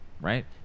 Right